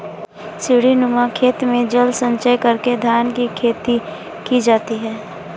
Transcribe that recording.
सीढ़ीनुमा खेत में जल संचय करके धान की खेती की जाती है